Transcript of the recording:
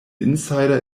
insider